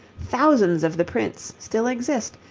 thousands of the prints still exist,